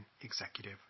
executive